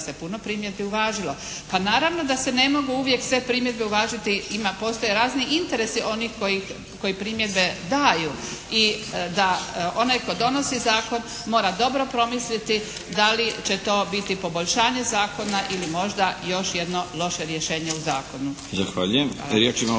se puno primjedbi uvažilo. Pa naravno da se ne mogu uvijek sve primjedbe uvažiti, postoje razni interesi onih koji primjedbe daju i da onaj tko donosi zakon mora dobro promisliti da li će to biti poboljšanje zakona ili možda još jedno loše rješenje u zakonu.